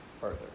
further